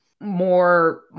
more